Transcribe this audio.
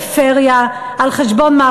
על חשבון הפריפריה,